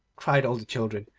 cried all the children,